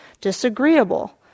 disagreeable